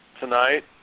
tonight